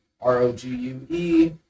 R-O-G-U-E